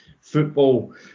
football